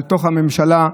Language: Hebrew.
על הממשלה,